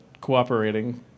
cooperating